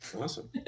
Awesome